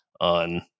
on